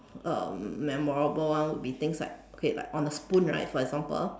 um memorable one will be things like okay on the spoon right for example